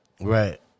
Right